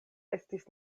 estis